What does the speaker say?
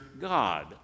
God